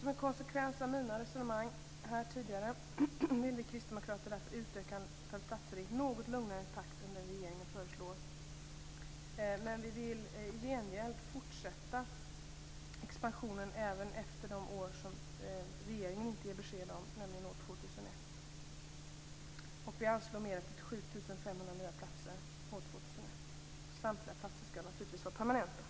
Som en konsekvens av mina resonemang här tidigare vill vi kristdemokrater därför utöka antalet platser i en något lugnare takt än den regeringen föreslår. Vi vill i gengäld fortsätta expansionen även efter de år som regeringen inte ger besked om, nämligen år 2001. Vi anslår medel till 7 500 nya platser år 2001. Samtliga platser skall naturligtvis vara permanenta.